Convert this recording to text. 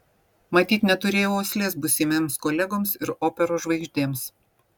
matyt neturėjau uoslės būsimiems kolegoms ir operos žvaigždėms